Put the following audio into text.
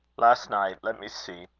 last night, let me see,